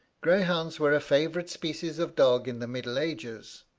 greyhounds were a favourite species of dog in the middle ages.